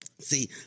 See